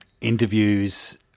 interviews